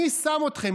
מי שם אתכם?